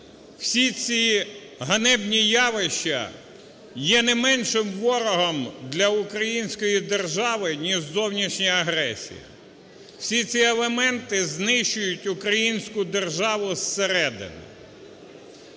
всі ці ганебні явища є не меншим ворогом для української держави, ніж зовнішня агресія. Всі ці елементи знищують українську державу з середини.